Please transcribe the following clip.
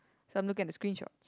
so I'm looking at the screenshots